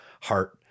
heart